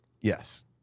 Yes